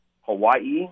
Hawaii